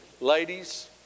ladies